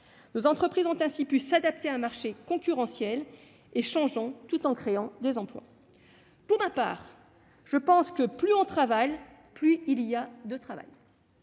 Nos entreprises ont ainsi pu s'adapter à un marché concurrentiel et changeant, tout en créant des emplois. Pour ma part, je pense que plus on travaille, plus il y a de travail.